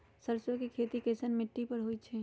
सरसों के खेती कैसन मिट्टी पर होई छाई?